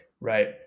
Right